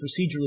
procedurally